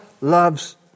loves